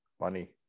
money